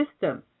system